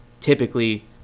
typically